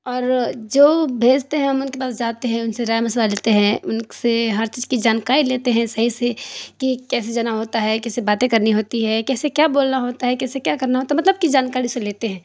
اور جو بھیجتے ہیں ہم ان کے پاس جاتے ہیں ان سے رائے مشورہ لیتے ہیں ان سے ہر چیز کی جانکاری لیتے ہیں صحیح سے کہ کیسے جانا ہوتا ہے کیسے باتیں کرنی ہوتی ہے کیسے کیا بولنا ہوتا ہے کیسے کیا کرنا ہوتا ہے مطلب کہ جانکاری سب لیتے ہیں